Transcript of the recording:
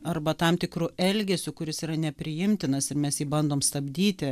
arba tam tikru elgesiu kuris yra nepriimtinas ir mes jį bandom stabdyti